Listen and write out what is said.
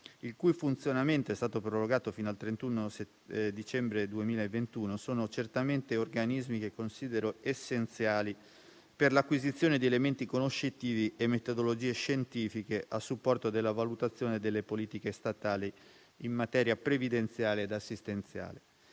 il cui funzionamento è stato prorogato fino al 31 dicembre 2021, sono certamente organismi che considero essenziali per l'acquisizione di elementi conoscitivi e metodologie scientifiche a supporto della valutazione delle politiche statali in materia previdenziale ed assistenziale.